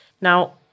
Now